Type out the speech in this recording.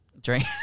drink